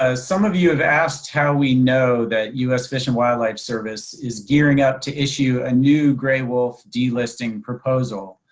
ah some of you have asked how we know that us fish and wildlife service is gearing up to issue a new gray wolf delisting proposal.